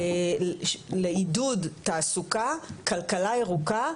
לעידוד תעסוקה, כלכלה ירוקה,